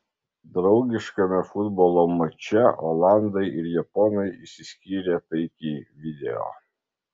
draugiškame futbolo mače olandai ir japonai išsiskyrė taikiai video